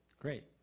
Great